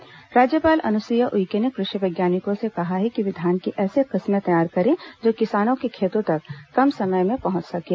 कृषि विवि कार्यशाला राज्यपाल अनुसुईया उइके ने कृषि वैज्ञानिकों से कहा है कि वे धान की ऐसी किस्में तैयार करें जो किसानों के खेतों तक कम समय में पहुंच सकें